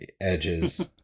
edges